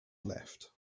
left